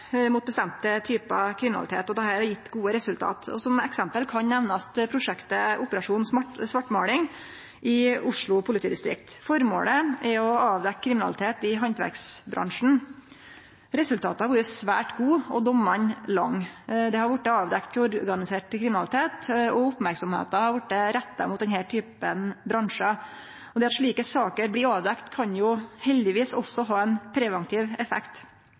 mot bestemte typar kriminalitet, og dette har gjeve gode resultat. Som eksempel kan nemnast prosjektet «Operasjon Svartmaling» i Oslo politidistrikt. Formålet er å avdekkje kriminalitet i handverksbransjen. Resultata har vore svært gode – og dommane lange. Det har vorte avdekt organisert kriminalitet, og merksemda har vorte retta mot denne typen bransjar. Det at slike saker blir avdekte, kan heldigvis også ha ein preventiv effekt.